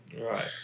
Right